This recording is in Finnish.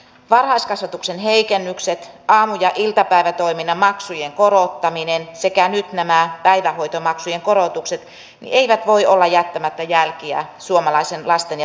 varhaiskasvatuksen heikennykset aamu ja iltapäivätoiminnan maksujen korottaminen sekä nyt nämä päivähoitomaksujen korotukset eivät voi olla jättämättä jälkiä suomalaisten lasten ja perheiden hyvinvointiin